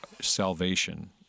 salvation